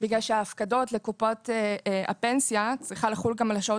בגלל שההפקדות לקופת הפנסיה צריכה לחול גם על השעות